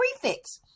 prefix